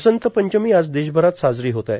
वसंत पंचमी आज देशभरात साजरी होत आहे